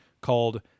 called